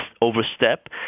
overstep